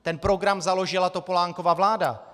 Ten program založila Topolánkova vláda.